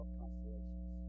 constellations